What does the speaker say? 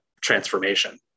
transformation